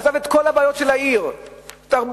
עזב את כל הבעיות של העיר: תחבורה,